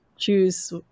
choose